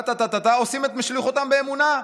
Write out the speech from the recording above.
עושים את שליחותם באמונה.